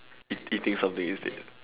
eat eating something instead